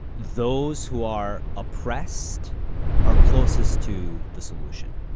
those who are oppressed are closest to the solution.